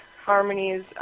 Harmonies